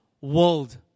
world